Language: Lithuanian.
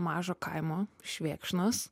mažo kaimo švėkšnos